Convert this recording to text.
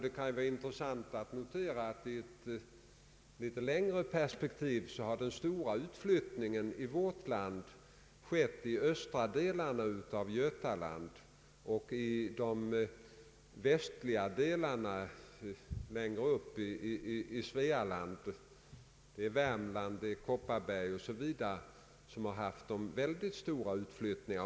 Det kan vara intressant att notera att i ett litet längre perspektiv har den stora utflyttningen i vårt land skett från de östra delarna av Götaland och från de västliga delarna längre upp i Svealand. Bl. a. har Värmland och Kopparbergs län drabbats av mycket stora utflyttningar.